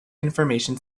information